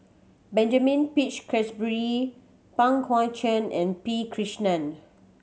Benjamin Peach Keasberry Pang Guek Cheng and P Krishnan